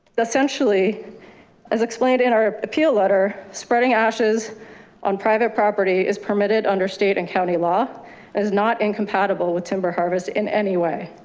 essentially as explained in our appeal letter, letter, spreading ashes on private property is permitted under state and county law is not incompatible with timber harvest in any way.